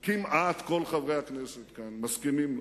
כמעט כל חברי הכנסת כאן, מסכימים.